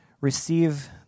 receive